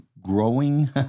growing